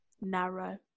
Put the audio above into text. narrow